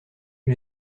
que